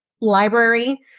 library